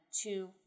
two